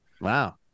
Wow